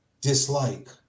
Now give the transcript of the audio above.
dislike